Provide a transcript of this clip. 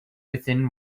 within